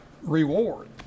reward